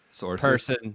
person